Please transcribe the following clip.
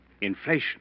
Inflation